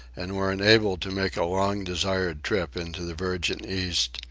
and were enabled to make a long-desired trip into the virgin east,